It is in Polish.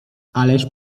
ależ